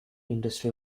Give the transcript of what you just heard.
industry